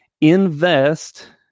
Invest